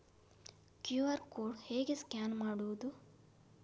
QR code ಹೇಗೆ scan ಮಾಡುವುದು?